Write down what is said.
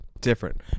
Different